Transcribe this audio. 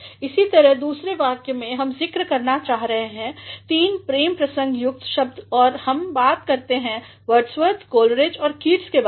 इसीतरह दुसरे वाक्य में हम ज़िक्र करने जा रहे हैं तीनप्रेम प्रसंगयुक्तशब्द और हम बात करते हैं वर्ड्सवर्थ कॉलरिज और कीट्स के बारे में